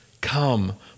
Come